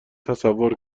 تصور